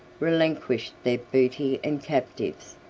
relinquished their booty and captives,